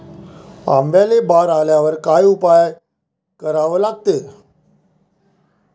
आंब्याले बार आल्यावर काय उपाव करा लागते?